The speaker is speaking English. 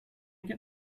get